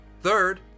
Third